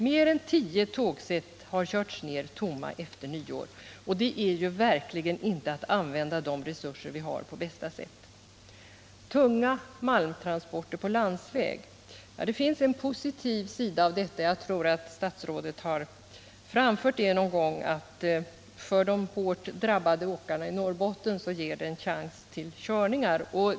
Mer än tio tågsätt har körts ner tomma efter nyår. Det är ju verkligen inte att använda de resurser vi har på bästa sätt. Tunga malmtransporter på landsväg — ja, det finns en positiv sida av detta. Jag tror att statsrådet har framfört det någon gång, och det är att de hårt drabbade åkarna i Norrbotten får en chans till körningar.